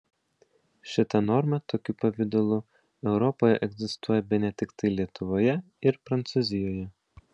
šita norma tokiu pavidalu europoje egzistuoja bene tiktai lietuvoje ir prancūzijoje